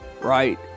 right